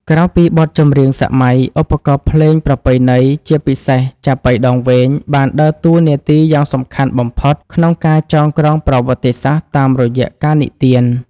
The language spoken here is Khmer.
ក្រៅពីបទចម្រៀងសម័យ ឧបករណ៍ភ្លេងប្រពៃណីជាពិសេស ចាប៉ីដងវែង បានដើរតួនាទីយ៉ាងសំខាន់បំផុតក្នុងការចងក្រងប្រវត្តិសាស្ត្រតាមរយៈការនិទាន។